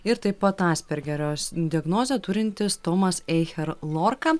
ir taip pat aspergerios diagnozę turintis tomas eicher lorka